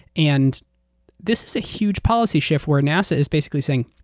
and this is a huge policy shift where nasa is basically saying,